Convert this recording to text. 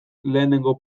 lehenengo